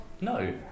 No